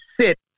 sit